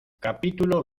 capítulo